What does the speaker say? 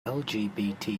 lgbt